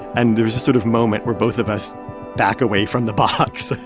and there's a sort of moment where both of us back away from the box